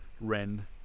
Ren